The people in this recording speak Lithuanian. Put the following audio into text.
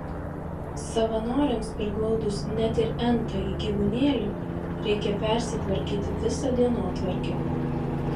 savanoriams priglaudus net ir n tąjį gyvūnėlį reikia persitvarkyti visą dienotvarkę